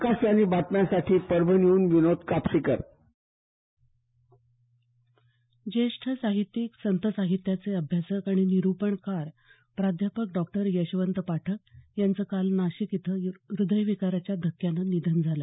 आकाशवाणी बातम्यासाठी परभणीहन विनोद कापसीकर ज्येष्ठ साहित्यिक संत साहित्याचे अभ्यासक आणि निरूपणकार प्राध्यापक डॉक्टर यशवंत पाठक यांचं काल नाशिक इथं हृदयविकाराच्या धक्क्याने निधन झालं